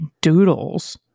doodles